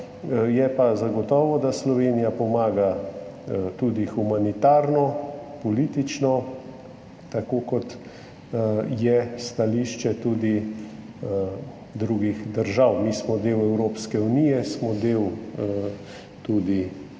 zagotovo pa Slovenija pomaga tudi humanitarno, politično, tako kot je stališče tudi drugih držav. Mi smo del Evropske unije, smo tudi